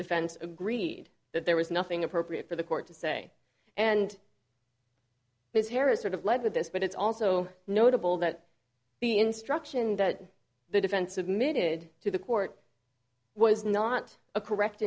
defense agreed that there was nothing appropriate for the court to say and ms harris sort of lead with this but it's also notable that the instruction that the defense admitted to the court was not a correct